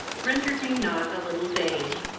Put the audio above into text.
rendered me not a little vain.